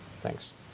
Thanks